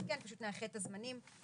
פשוט לאחד את הזמנים.